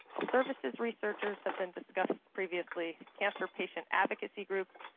services, researchers have been discussed previously, cancer patient advocacy groups,